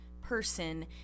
person